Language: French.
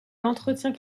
l’entretien